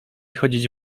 chodzić